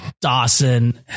dawson